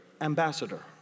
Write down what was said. ambassador